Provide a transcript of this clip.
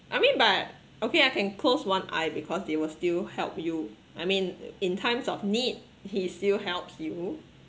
I mean but okay I can close one eye because they will still help you I mean in times of need he still helps you